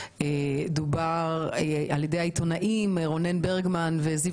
דובר על ידי העיתונאים רונן ברגמן וזיו